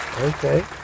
okay